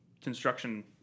construction